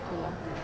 betul lah